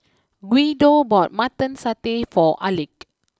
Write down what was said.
Guido bought Mutton Satay for Alek